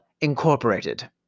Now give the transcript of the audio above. Incorporated